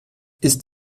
ist